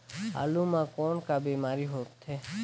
आलू म कौन का बीमारी होथे?